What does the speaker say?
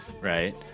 right